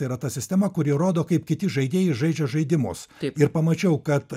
tai yra ta sistema kuri rodo kaip kiti žaidėjai žaidžia žaidimus ir pamačiau kad